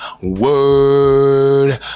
Word